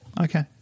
Okay